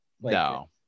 No